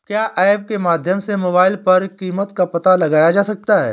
क्या ऐप के माध्यम से मोबाइल पर कीमत का पता लगाया जा सकता है?